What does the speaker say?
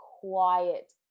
quiet